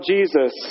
Jesus